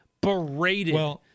berated